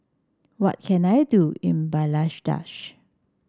what can I do in Bangladesh